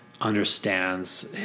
understands